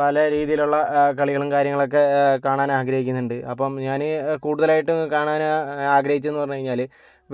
പല രീതിയിലുള്ള കളികളും കാര്യങ്ങളുമൊക്കെ കാണാൻ ആഗ്രഹിക്കുന്നുണ്ട് അപ്പോൾ ഞാൻ കൂടുതലായിട്ടും കാണാൻ ആഗ്രഹിച്ചെന്ന് പറഞ്ഞ് കഴിഞ്ഞാല്